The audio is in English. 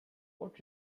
what